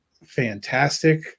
Fantastic